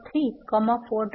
3 4